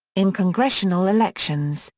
in congressional elections,